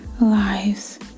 lives